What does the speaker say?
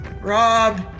Rob